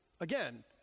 again